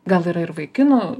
gal yra ir vaikinų